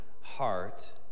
heart